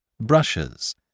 brushes